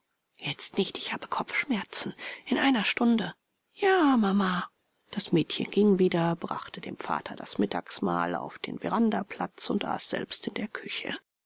jetzt nicht ich habe kopfschmerzen in einer stunde ja mama das mädchen ging wieder brachte dem vater das mittagsmahl auf den verandaplatz und aß selbst in der küche